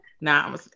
Nah